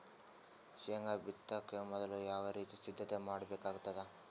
ಶೇಂಗಾ ಬಿತ್ತೊಕ ಮೊದಲು ಯಾವ ರೀತಿ ಸಿದ್ಧತೆ ಮಾಡ್ಬೇಕಾಗತದ?